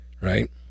right